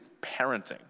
parenting